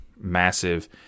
massive